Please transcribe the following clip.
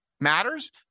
matters